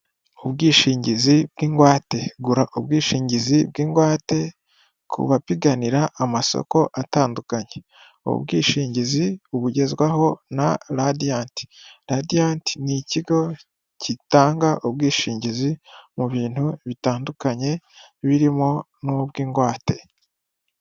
Ubwishingizi bw ingwate gura ubwishingizi bw'ingwate ku bapiganira amasoko atandukanye ubu ubwishingizi bugezwaho na radiyati ni ikigo gitanga ubwishingizi mu bintu bitandukanye birimo bw'ingwate.